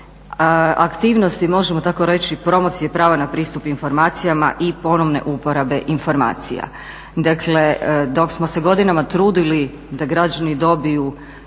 aktivnosti možemo tako reći promocije prava na pristup informacijama i ponovne uporabe informacija. Dakle, dok smo se godinama trudili da građani dobiju